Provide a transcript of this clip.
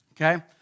Okay